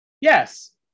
yes